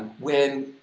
when